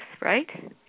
right